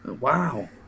wow